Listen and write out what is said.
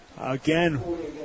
again